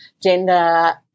gender